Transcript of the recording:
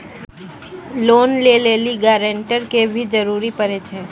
Loan लै लेली guarantor के भी जरूरी पड़ै छै?